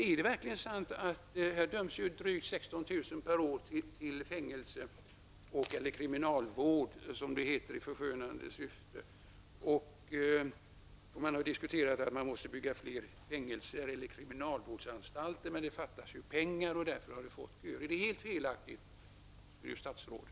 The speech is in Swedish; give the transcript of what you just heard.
Drygt 16 000 personer per år döms i dag till fängelse eller kriminalvård, som det heter i förskönande syfte. Man har diskuterat att det måste byggas fler fängelser eller kriminalvårdsanstalter, men det fattas pengar, och därför har vi fått köer. Är detta helt felaktigt, statsrådet?